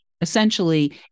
Essentially